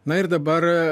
na ir dabar